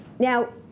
now